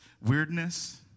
weirdness